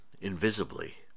invisibly